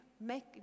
make